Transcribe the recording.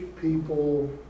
people